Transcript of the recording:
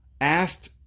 asked